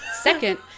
Second